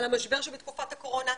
על המשבר שבתקופת הקורונה,